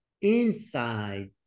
inside